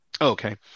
Okay